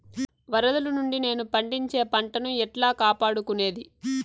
వరదలు నుండి నేను పండించే పంట ను ఎట్లా కాపాడుకునేది?